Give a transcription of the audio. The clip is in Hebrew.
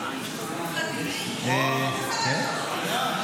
וואו --- פשש.